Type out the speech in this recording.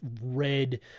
red